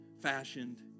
fashioned